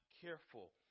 careful